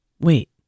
wait